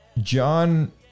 John